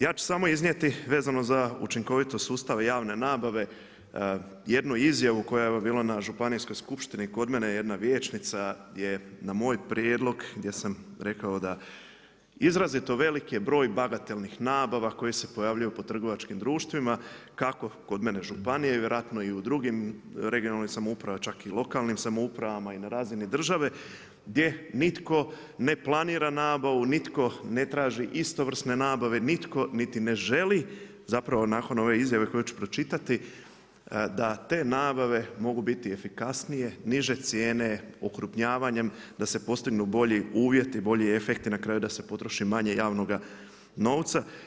Ja ću samo iznijeti vezano za učinkovitost sustava javne nabave jednu izjavu koja je evo bila na županijskoj skupštini kod mene je jedna vijećnica je na moj prijedlog, gdje sam rekao da izrazito velik je broj bagatelnih nabava koje se pojavljuju po trgovačkim društvima kako kod mene u županiji, vjerojatno i u drugim regionalnoj samoupravi, čak i lokalnim samoupravama i na razini države gdje nitko ne planira nabavu, nitko ne traži istovrsne nabave, nitko niti ne želi zapravo nakon ove izjave koju ću pročitati da te nabave mogu biti efikasnije, niže cijene okrupnjavanjem da se postignu bolji uvjeti, bolji efekti, na kraju da se potroši manje javnoga novca.